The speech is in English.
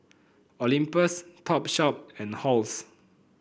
Olympus Topshop and Halls